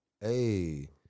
Hey